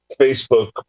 Facebook